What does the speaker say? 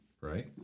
right